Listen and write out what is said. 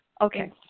Okay